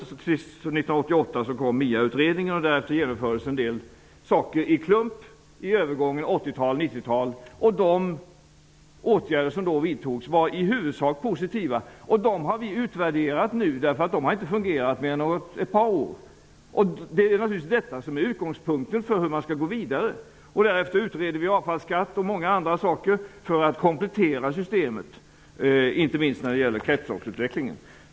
1988 kom MIA utredningen, och därefter genomfördes en del förbättringar i klump vid övergången mellan 80 talet och 90-talet. Dessa åtgärder som då vidtogs var i huvudsak positiva. Efter ett par år har nu dessa utvärderats. Detta är naturligtvis utgångspunkten för hur man skall gå vidare. Därefter skall avfallsskatten och många andra saker utredas för att systemet skall kunna kompletteras, inte minst när det gäller kretsloppsutvecklingen.